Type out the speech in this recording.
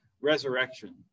resurrection